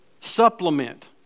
supplement